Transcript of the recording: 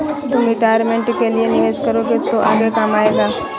तुम रिटायरमेंट के लिए निवेश करोगे तो आगे काम आएगा